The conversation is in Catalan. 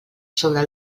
sobre